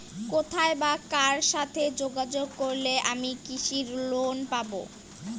কোথায় বা কার সাথে যোগাযোগ করলে আমি কৃষি লোন পাব?